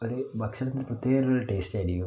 അത് ഭക്ഷണത്തിന് പ്രത്യേകം ഒരു ടേസ്റ്റായിരിക്കും